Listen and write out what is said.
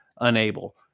unable